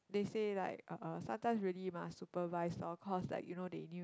they say like uh sometimes really must supervise lor cause like you know they knew it